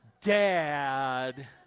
Dad